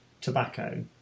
tobacco